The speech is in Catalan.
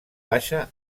baixa